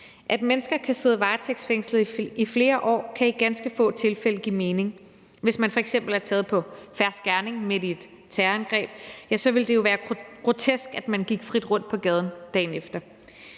At mennesker kan sidde varetægtsfængslet i flere år, kan i ganske få tilfælde give mening. Hvis man f.eks. er taget på fersk gerning midt i et terrorangreb, så ville det jo være grotesk, at man gik frit rundt på gaden dagen efter.